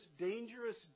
dangerous